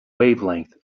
wavelength